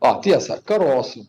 a tiesa karosų